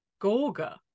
Gorga